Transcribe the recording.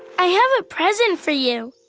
i have a present for you.